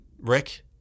Rick